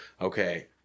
okay